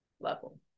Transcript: level